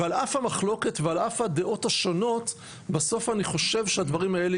ועל אף המחלוקת ועל אף הדעות השונות בסוף אני חושב שהדברים האלה